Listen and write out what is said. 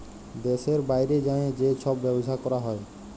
দ্যাশের বাইরে যাঁয়ে যে ছব ব্যবছা ক্যরা হ্যয়